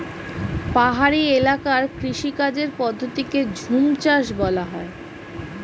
পাহাড়ি এলাকার কৃষিকাজের পদ্ধতিকে ঝুমচাষ বলা হয়